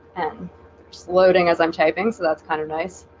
and just loading as i'm typing so that's kind of nice